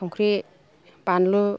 संख्रि बानलु